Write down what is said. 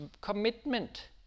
commitment